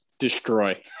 destroy